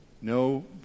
no